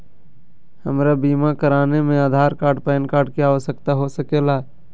हमरा बीमा कराने में आधार कार्ड पैन कार्ड की आवश्यकता हो सके ला?